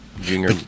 junior